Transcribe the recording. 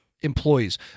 employees